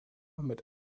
mit